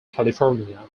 california